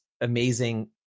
amazing